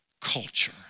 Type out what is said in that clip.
culture